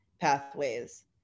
pathways